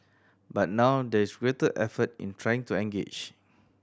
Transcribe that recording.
but now there is greater effort in trying to engage